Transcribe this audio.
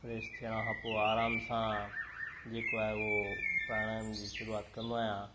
fresh थियण खां पोइ आराम सां जेको आहे उहो प्राणायाम जी शुरूआति कंदो आहियां